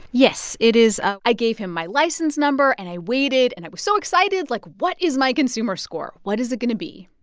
yes. it is. ah i gave him my license number, and i waited, and i was so excited. like, what is my consumer score? what is it going to be?